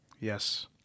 Yes